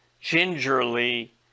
gingerly